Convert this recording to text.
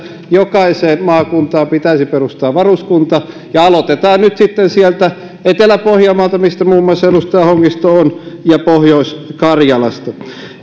jokaiseen maakuntaan pitäisi perustaa varuskunta ja aloitetaan nyt sitten sieltä etelä pohjanmaalta mistä muun muassa edustaja hongisto on ja pohjois karjalasta